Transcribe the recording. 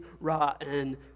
rotten